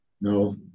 No